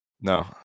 No